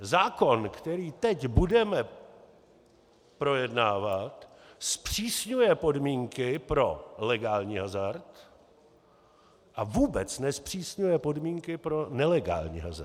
Zákon, který teď budeme projednávat, zpřísňuje podmínky pro legální hazard a vůbec nezpřísňuje podmínky pro nelegální hazard.